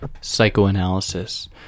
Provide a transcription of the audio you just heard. psychoanalysis